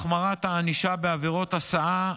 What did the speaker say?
החמרת הענישה בעבירות הסעה,